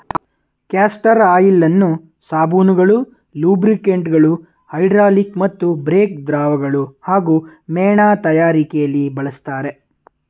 castor ಆಯಿಲನ್ನು ಸಾಬೂನುಗಳು ಲೂಬ್ರಿಕಂಟ್ಗಳು ಹೈಡ್ರಾಲಿಕ್ ಮತ್ತು ಬ್ರೇಕ್ ದ್ರವಗಳು ಹಾಗೂ ಮೇಣ ತಯಾರಿಕೆಲಿ ಬಳಸ್ತರೆ